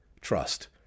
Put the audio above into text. trust